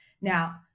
Now